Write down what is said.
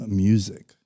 music